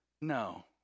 no